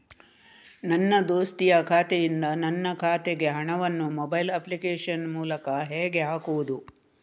ನನ್ನ ದೋಸ್ತಿಯ ಖಾತೆಯಿಂದ ನನ್ನ ಖಾತೆಗೆ ಹಣವನ್ನು ಮೊಬೈಲ್ ಅಪ್ಲಿಕೇಶನ್ ಮೂಲಕ ಹೇಗೆ ಹಾಕುವುದು?